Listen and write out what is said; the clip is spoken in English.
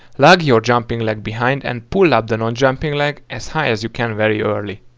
lag your jumping leg behind and pull up the non jumping leg as high as you can very early.